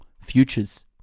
futures